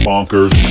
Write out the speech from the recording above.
Bonkers